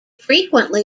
frequently